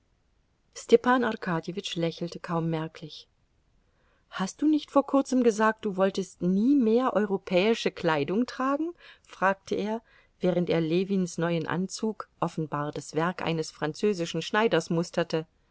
arkadjewitsch lächelte kaum merklich hast du nicht vor kurzem gesagt du wolltest nie mehr europäische kleidung tragen fragte er während er ljewins neuen anzug offenbar das werk eines französischen schneiders musterte